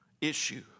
issue